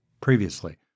previously